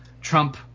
Trump